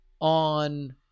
on